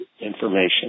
Information